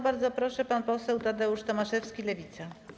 Bardzo proszę, pan poseł Tadeusz Tomaszewski, Lewica.